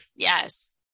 Yes